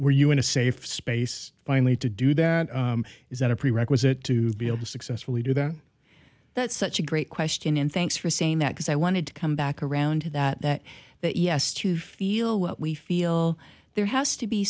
were you in a safe space finally to do that is that a prerequisite to be able to successfully do that that's such a great question and thanks for saying that because i wanted to come back around to that that yes to feel what we feel there has to be